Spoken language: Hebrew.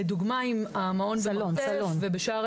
לדוגמה, אם המעון במרתף ובשאר